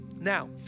Now